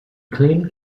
claimed